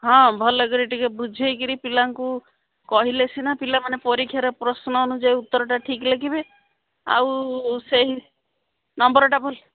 ହଁ ଭଲ କରି ଟିକେ ବୁଝେଇକରି ପିଲାଙ୍କୁ କହିଲେ ସିନା ପିଲାମାନେ ପରୀକ୍ଷାର ପ୍ରଶ୍ନ ଅନୁଯାୟୀ ଉତ୍ତରଟା ଠିକ ଲେଖିବେ ଆଉ ସେଇ ନମ୍ବରଟା ଭଲ